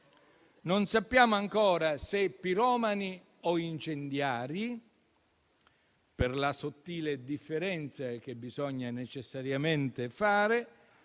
non sappiamo ancora se piromani o incendiari per la sottile differenza che bisogna necessariamente fare,